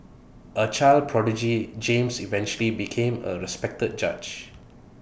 A child prodigy James eventually became A respected judge